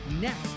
next